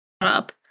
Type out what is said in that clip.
up